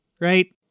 right